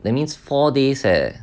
that means four days eh